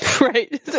Right